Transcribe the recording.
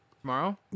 tomorrow